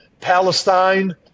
Palestine